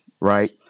right